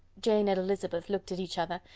jane and elizabeth looked at each other,